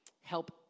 help